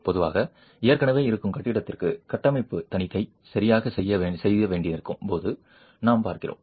பொதுவாக ஏற்கனவே இருக்கும் கட்டிடத்திற்கு கட்டமைப்பு தணிக்கை சரியாக செய்ய வேண்டியிருக்கும் போது நாம் பார்க்கிறோம்